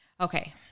Okay